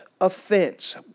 offense